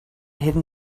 hidden